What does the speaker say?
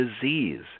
disease